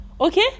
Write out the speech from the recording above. Okay